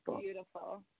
Beautiful